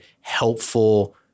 helpful